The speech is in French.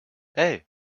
hey